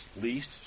least